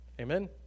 Amen